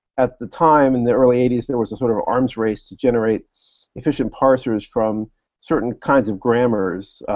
at the time in the early eighty s there was a sort of arms race to generate efficient parsers from certain kinds of grammars,